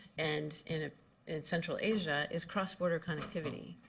and in ah in central asia, is cross-border connectivity.